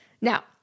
Now